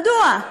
מדוע?